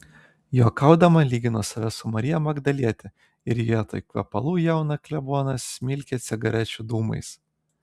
juokaudama lygino save su marija magdaliete ir vietoj kvepalų jauną kleboną smilkė cigarečių dūmais